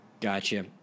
Gotcha